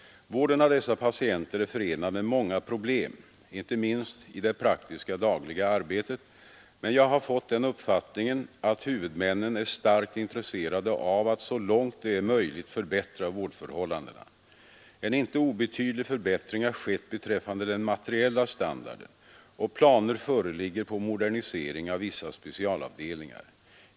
Vården av dessa patienter är förenad med många problem, inte minst i det praktiska dagliga arbetet, men jag har fått den uppfattningen att huvudmännen är starkt intresserade av att så långt det är möjligt förbättra vårdförhållandena. En inte obetydlig förbättring har skett beträffande den materiella standarden, och planer föreligger på modernisering av vissa specialavdelningar.